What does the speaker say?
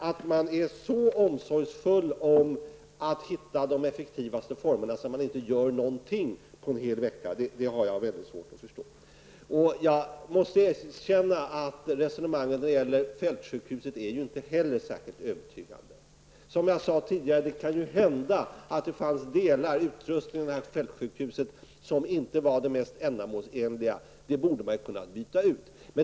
Att man är så omsorgsfull att hitta de effektivaste formerna att man inte gör någonting på en hel vecka, har jag väldigt svårt att förstå. Resonemanget när det gäller fältsjukhuset är inte heller särskilt övertygande. Som jag sade tidigare, kan det ju hända att en del av sjukhusets utrustning inte var den mest ändamålsenliga, men den borde man ha kunnat byta ut.